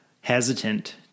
hesitant